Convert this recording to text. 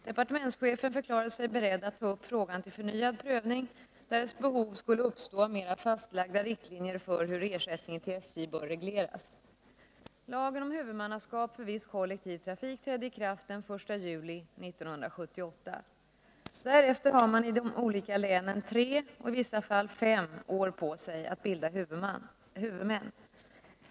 Departementschefen förklarade sig beredd att ta upp frågan till förnyad prövning därest behov skulle uppstå av mera fastlagda riktlinjer för hur ersättningen till SJ bör regleras. Lagen om huvudmannaskap för viss kollektiv trafik trädde i kraft den 1 juli 1978. Därefter har man i de olika länen tre, och i vissa fall fem, år på sig att bilda huvudmän.